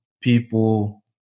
people